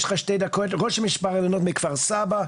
ראש משמר האילנות מכפר סבא,